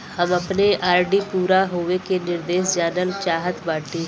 हम अपने आर.डी पूरा होवे के निर्देश जानल चाहत बाटी